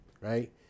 right